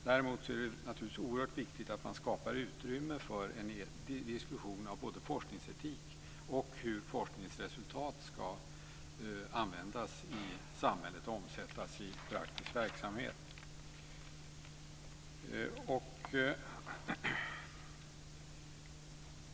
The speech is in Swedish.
Däremot är det naturligtvis oerhört viktigt att man skapar utrymme för en diskussion om både forskningsetik och hur forskningsresultat ska användas i samhället och omsättas i praktisk verksamhet.